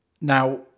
Now